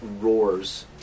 roars